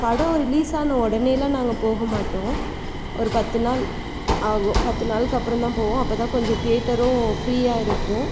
படம் ரிலீஸான உடனேலாம் நாங்கள் போகமாட்டோம் ஒரு பத்து நாள் ஆகும் பத்து நாள்க்கு அப்புறம் தான் போவோம் அப்போ தான் கொஞ்சம் தியேட்டரும் ஃப்ரீயாக இருக்கும்